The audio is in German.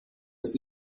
des